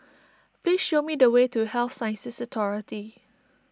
please show me the way to Health Sciences Authority